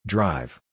Drive